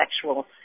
sexual